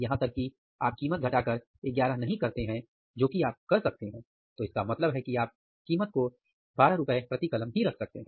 यहां तक कि अगर आप कीमत घटाकर ₹11 नहीं करते हैं जो कि आप कर सकते हैं तो इसका मतलब है कि आप कीमत को ₹12 प्रति कलम ही रख सकते हैं